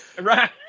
right